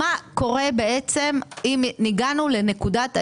מה קורה אם הגענו לנקודת ההתבדרות?